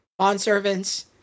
bondservants